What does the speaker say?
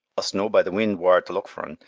us know by the wind whar t' look fur un,